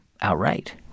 outright